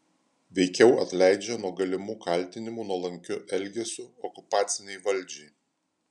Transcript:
veikiau atleidžia nuo galimų kaltinimų nuolankiu elgesiu okupacinei valdžiai